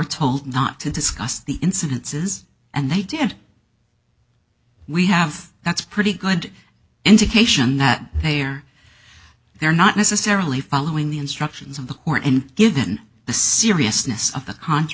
told not to discuss the incidences and they did and we have that's pretty good indication that they are they're not necessarily following the instructions of the court and given the seriousness of the con